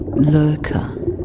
Lurker